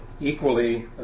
equally